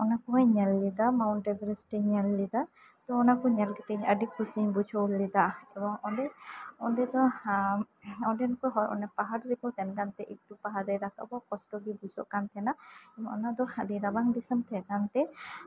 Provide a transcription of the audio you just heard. ᱚᱱᱟ ᱠᱚ ᱦᱚᱸᱧ ᱧᱮᱞ ᱞᱮᱫᱟ ᱢᱟᱣᱩᱱᱴ ᱮᱵᱷᱟᱨᱮᱥᱴ ᱤᱧ ᱧᱮᱞ ᱞᱮᱫᱟ ᱛᱚ ᱚᱱᱟ ᱠᱚ ᱧᱮᱞ ᱠᱟᱛᱮ ᱤᱧ ᱟᱹᱰᱤ ᱠᱩᱥᱤᱧ ᱵᱩᱡᱷᱟᱹᱣ ᱞᱮᱫᱟ ᱮᱵᱚᱝ ᱚᱸᱰᱮ ᱚᱸᱰᱮ ᱫᱚ ᱚᱸᱰᱮᱱ ᱠᱚ ᱦᱚᱲ ᱚᱱᱟ ᱯᱟᱦᱟᱲ ᱨᱮ ᱠᱚ ᱥᱮᱱ ᱠᱟᱱᱛᱮ ᱮᱠᱴᱩ ᱯᱟᱦᱟᱲ ᱨᱮ ᱨᱟᱠᱟᱵᱚᱜ ᱠᱚᱥᱴᱚ ᱜᱮ ᱵᱩᱡᱷᱟᱹᱜ ᱠᱟᱱ ᱛᱟᱦᱮᱸᱱᱟ ᱚᱱᱟ ᱫᱚ ᱟᱹᱰᱤ ᱨᱟᱵᱟᱝ ᱫᱤᱥᱚᱢ ᱠᱟᱱᱛᱮ